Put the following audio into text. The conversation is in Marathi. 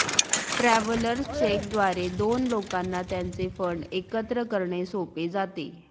ट्रॅव्हलर्स चेक द्वारे दोन लोकांना त्यांचे फंड एकत्र करणे सोपे जाते